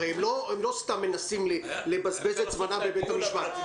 הרי הם לא סתם מנסים לבזבז את זמנם בבית המשפט.